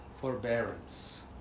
forbearance